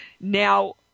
Now